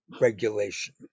regulation